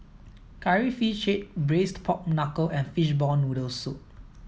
curry fish braised pork knuckle and fish ball noodle soup